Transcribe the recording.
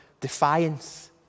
defiance